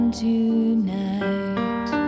tonight